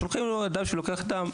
שולחים אדם שלוקח דם.